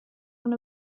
one